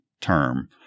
term